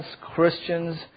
Christians